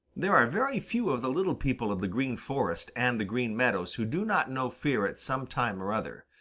there are very few of the little people of the green forest and the green meadows who do not know fear at some time or other,